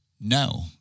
no